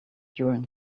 during